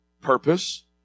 purpose